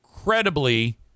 Incredibly